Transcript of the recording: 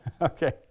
Okay